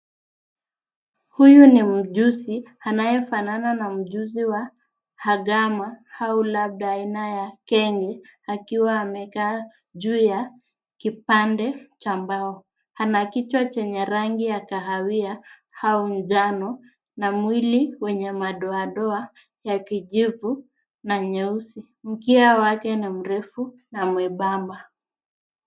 Huyu ni mjusi anayefanana na mjusi wa hagama au labda aina ya kenye akiwa amekaa juu ya kipande cha mbao, ana kichwa cha rangi ya kahawia au njano na mwili wenye madoadoa ya kijivu na nyeusi. Mkia wake ni mrefu na mwembamba.